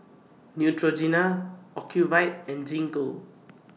Neutrogena Ocuvite and Gingko